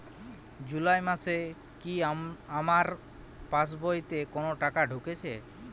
জুলাই মাসে কি আমার পাসবইতে কোনো টাকা ঢুকেছে?